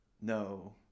No